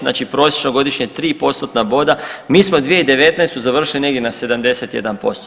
Znači prosječno godišnje 3 postotna boda mi smo 2019. završili negdje na 71%